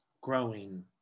growing